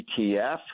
ETF